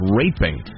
raping